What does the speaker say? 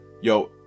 Yo